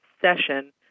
session